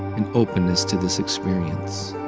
and openness to this experience.